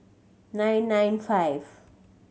nine nine five